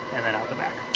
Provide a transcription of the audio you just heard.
and then out the back.